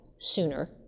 sooner